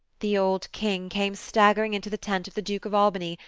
the old king came staggering into the tent of the duke of albany,